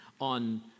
on